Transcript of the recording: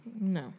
No